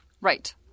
Right